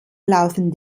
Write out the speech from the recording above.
laufen